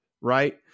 right